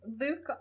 Luke